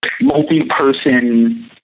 multi-person